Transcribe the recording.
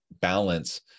balance